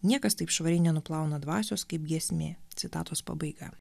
niekas taip švariai nenuplauna dvasios kaip giesmė citatos pabaiga